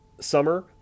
summer